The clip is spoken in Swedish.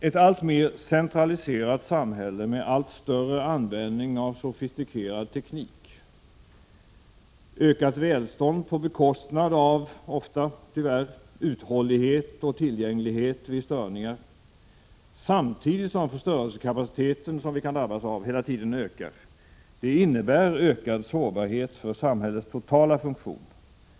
Ett alltmer centraliserat samhälle med allt större användning av sofistikerad teknik, ökat välstånd, tyvärr ofta på bekostnad av uthållighet och tillgänglighet vid störningar, samtidigt som den förstörelsekapacitet som vi kan drabbas av hela tiden ökar, innebär ökad sårbarhet för samhällets totala funktion.